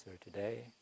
today